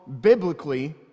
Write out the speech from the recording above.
biblically